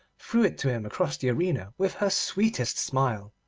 threw it to him across the arena with her sweetest smile,